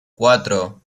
cuatro